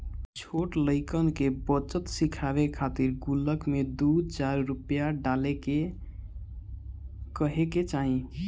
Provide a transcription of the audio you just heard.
छोट लइकन के बचत सिखावे खातिर गुल्लक में दू चार रूपया डाले के कहे के चाही